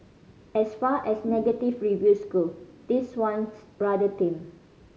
as far as negative reviews go this one's rather tame